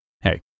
hey